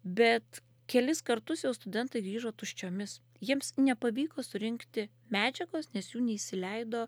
bet kelis kartus jau studentai grįžo tuščiomis jiems nepavyko surinkti medžiagos nes jų neįsileido